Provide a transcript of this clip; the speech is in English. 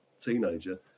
teenager